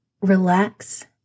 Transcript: relax